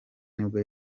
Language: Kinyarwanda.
nibwo